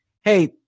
hey